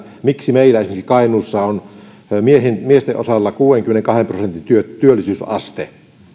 miksi esimerkiksi meillä kainuussa on miesten osalla kuudenkymmenenkahden prosentin työllisyysaste